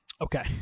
Okay